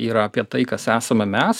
yra apie tai kas esame mes